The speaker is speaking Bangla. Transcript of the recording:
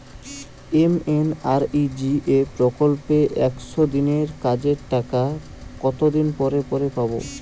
এম.এন.আর.ই.জি.এ প্রকল্পে একশ দিনের কাজের টাকা কতদিন পরে পরে পাব?